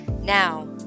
Now